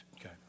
Okay